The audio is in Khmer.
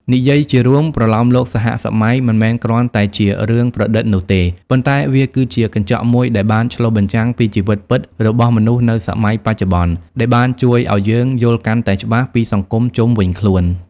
និយាយជារួម ប្រលោមលោកសហសម័យមិនមែនគ្រាន់តែជារឿងប្រឌិតនោះទេ ប៉ុន្តែវាគឺជាកញ្ចក់មួយដែលបានឆ្លុះបញ្ចាំងពីជីវិតពិតរបស់មនុស្សនៅសម័យបច្ចុប្បន្ន ដែលបានជួយឲ្យយើងយល់កាន់តែច្បាស់ពីសង្គមជុំវិញខ្លួន។